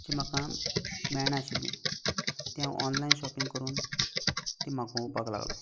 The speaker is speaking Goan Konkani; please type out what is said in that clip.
जी म्हाका मेळना आशिल्लीं तीं हांव ऑनलायन शॉपिंग करून तीं मागोवपाक लागलो